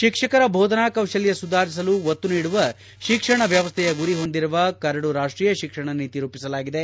ಶಿಕ್ಷಕರ ಬೋಧನಾ ಕೌಶಲ್ಯ ಸುಧಾರಿಸಲು ಒತ್ತು ನೀಡುವ ಶಿಕ್ಷಣ ವ್ಯವಸ್ಥೆಯ ಗುರಿ ಹೊಂದಿರುವ ಕರಡು ರಾಷ್ಟೀಯ ಶಿಕ್ಷಣ ನೀತಿ ರೂಪಿಸಲಾಗಿದೆ